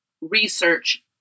research